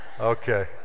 Okay